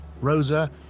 Rosa